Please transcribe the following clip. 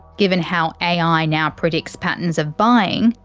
given how a. i. now predicts patterns of buying,